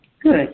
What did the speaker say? Good